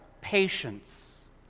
patience